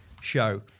show